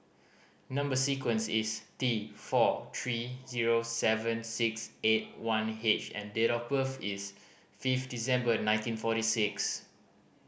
number sequence is T four three zero seven six eight one H and date of birth is fifth December nineteen forty six